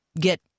get